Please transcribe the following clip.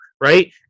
Right